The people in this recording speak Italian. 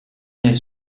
nel